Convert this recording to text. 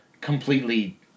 completely